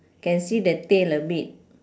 can see the tail a bit